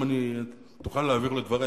היום תוכל להעביר לו את דברי,